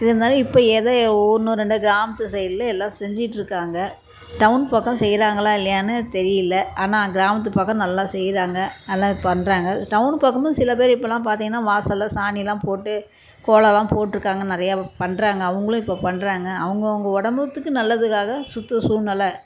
இருந்தாலும் இப்போ எதோ ஒன்று ரெண்டு கிராமத்து சைடில் எல்லாம் செஞ்சிட்டு இருக்காங்க டவுன் பக்கம் செய்கிறங்களா இல்லையானு தெரியலை ஆனால் கிராமத்து பக்கம் நல்லா செய்கிறாங்க நல்லா பண்ணுறாங்க டவுன் பக்கமும் சில பேர் இப்போல்லாம் பார்த்திங்கன்னா வாசலில் சாணிலாம் போட்டு கோலம்லாம் போட்டுருக்காங்க நிறையா பண்ணுறாங்க அவங்களும் இப்போ பண்ணுறாங்க அவங்கவங்க உடம்பத்துக்கு நல்லதுக்காக சுற்று சூழ்நில